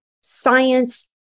science